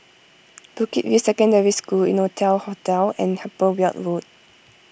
Bukit View Secondary School Innotel Hotel and Upper Weld Road